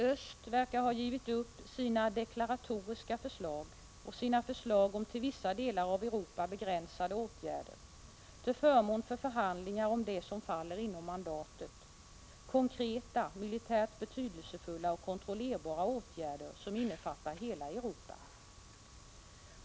Öst verkar ha givit upp sina deklaratoriska förslag och sina förslag om till vissa delar av Europa begränsade åtgärder till förmån för förhandlingar om det som faller inom mandatet: konkreta militärt betydelsefulla och kontrollerbara åtgärder som innefattar hela Europa.